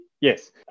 Yes